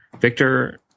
Victor